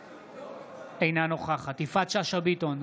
אינה נוכחת יפעת שאשא ביטון,